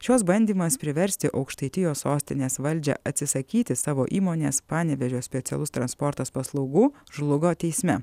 šios bandymas priversti aukštaitijos sostinės valdžią atsisakyti savo įmonės panevėžio specialus transportas paslaugų žlugo teisme